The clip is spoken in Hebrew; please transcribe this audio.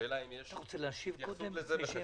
השאלה אם יש התייחסות לזה.